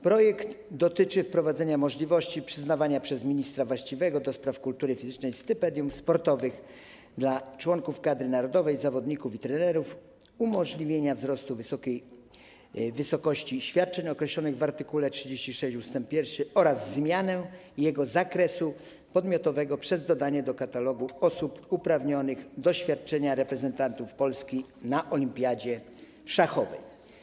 Projekt dotyczy wprowadzenia możliwości przyznawania przez ministra właściwego do spraw kultury fizycznej stypendiów sportowych dla członków kadry narodowej, zawodników i trenerów, umożliwienia wzrostu wysokości świadczenia określonego w art. 36 ust. 1 oraz zmiany jego zakresu podmiotowego przez dodanie do katalogu osób uprawnionych do świadczenia reprezentantów Polski na olimpiadzie szachowej.